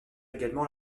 également